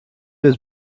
his